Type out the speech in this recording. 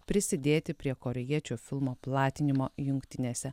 prisidėti prie korėjiečių filmo platinimo jungtinėse